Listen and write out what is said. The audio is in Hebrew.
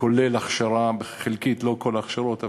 כולל הכשרה חלקית, לא כל ההכשרות.